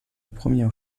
première